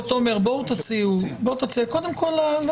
תומר, תציעו נוסח.